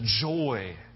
joy